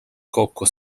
kokku